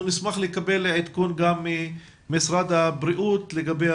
נשמח לקבל עדכון גם ממשרד הבריאות לגבי